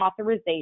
authorization